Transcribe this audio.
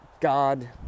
God